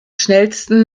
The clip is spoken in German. schnellsten